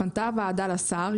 פנתה הוועדה לשר,